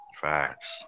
Facts